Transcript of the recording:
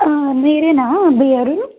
మీరేనా బిఆరు